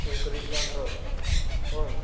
ꯑꯣ ꯀꯔꯤ ꯄ꯭ꯂꯥꯟꯅꯣ ꯍꯣꯏ